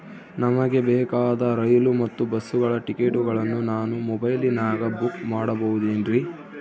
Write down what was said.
ನಮಗೆ ಬೇಕಾದ ರೈಲು ಮತ್ತ ಬಸ್ಸುಗಳ ಟಿಕೆಟುಗಳನ್ನ ನಾನು ಮೊಬೈಲಿನಾಗ ಬುಕ್ ಮಾಡಬಹುದೇನ್ರಿ?